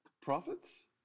profits